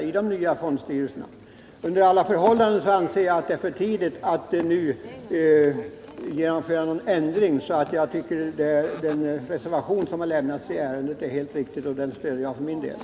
Under alla förhållanden är det för tidigt att nu genomföra någon ändring, och jag tycker därför att den reservation som har avlämnats i ärendet är helt riktig, och jag stöder den.